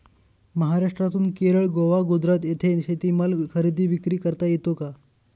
महाराष्ट्रातून केरळ, गोवा, गुजरात येथे शेतीमाल खरेदी विक्री करता येतो का?